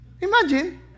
Imagine